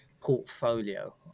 portfolio